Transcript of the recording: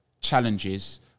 challenges